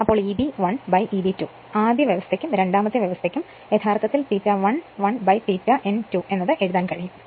അതിനാൽ Eb 1 Eb 2 ആദ്യ വ്യവസ്ഥയ്ക്കും രണ്ടാമത്തെ വ്യവസ്ഥയ്ക്കും യഥാർത്ഥത്തിൽ ∅1 1 ∅2 n2 എഴുതാൻ കഴിയും